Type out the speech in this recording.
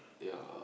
your